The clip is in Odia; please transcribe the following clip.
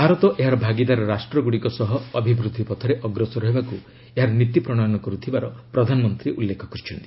ଭାରତ ଏହାର ଭାଗିଦାର ରାଷ୍ଟ୍ରଗୁଡ଼ିକ ସହ ଅଭିବୃଦ୍ଧି ପଥରେ ଅଗ୍ରସର ହେବାକୁ ଏହାର ନୀତି ପ୍ରଣୟନ କରୁଥିବାର ପ୍ରଧାନମନ୍ତ୍ରୀ ଉଲ୍ଲେଖ କରିଛନ୍ତି